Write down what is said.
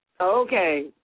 Okay